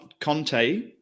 Conte